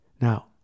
Now